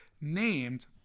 named